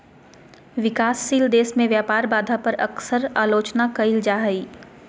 विकासशील देश में व्यापार बाधा पर अक्सर आलोचना कइल जा हइ